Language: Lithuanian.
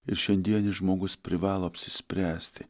ir šiandienis žmogus privalo apsispręsti